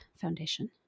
foundation